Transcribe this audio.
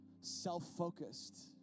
self-focused